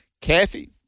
Kathy